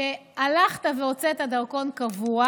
שהלכת והוצאת דרכון קבוע,